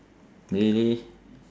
really